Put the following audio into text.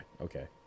Okay